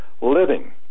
living